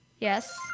Yes